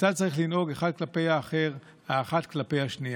כיצד צריך לנהוג אחד כלפי האחר, האחת כלפי השנייה.